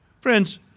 Friends